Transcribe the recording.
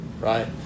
right